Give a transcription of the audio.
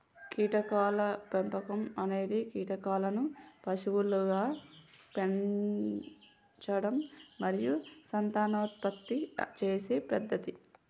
కీటకాల పెంపకం అనేది కీటకాలను పశువులుగా పెంచడం మరియు సంతానోత్పత్తి చేసే పద్ధతి